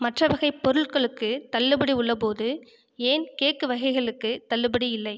மற்ற வகைப் பொருட்களுக்குத் தள்ளுபடி உள்ளபோது ஏன் கேக் வகைகளுக்குத் தள்ளுபடி இல்லை